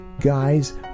guys